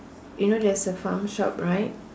you know there's a farm shop right